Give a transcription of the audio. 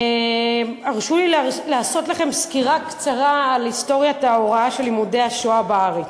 הרשו לי לתת לכם סקירה קצרה על היסטוריית ההוראה של לימודי השואה בארץ.